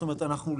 זאת אומרת להיפך.